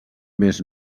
més